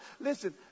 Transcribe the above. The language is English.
Listen